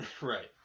Right